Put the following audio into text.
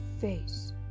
face